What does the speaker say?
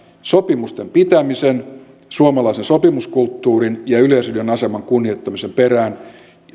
sopimusten pitämisen suomalaisen sopimuskulttuurin ja yleisradion aseman kunnioittamisen perään